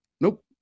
nope